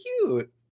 cute